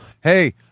Hey